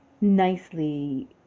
nicely